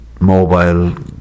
mobile